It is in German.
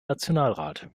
nationalrat